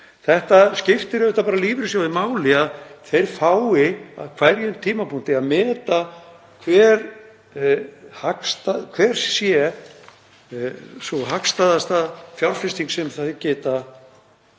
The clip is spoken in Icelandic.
Það skiptir auðvitað lífeyrissjóði máli að þeir fái á hverjum tímapunkti að meta hver sé hagstæðasta fjárfesting sem þeir geta